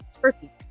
turkey